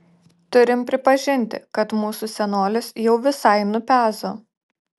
turim pripažinti kad mūsų senolis jau visai nupezo